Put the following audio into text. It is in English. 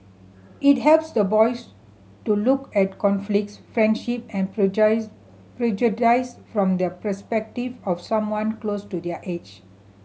it helps the boys to look at conflicts friendship and prejudice from the perspective of someone close to their age